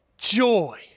Joy